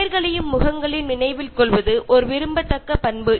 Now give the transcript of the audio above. പേരുകളും മുഖവും ഓർത്തിരിക്കുക എന്നത് വളരെ നല്ല ഒരു ഗുണമാണ്